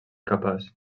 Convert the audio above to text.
capaç